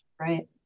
right